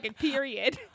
Period